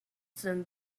them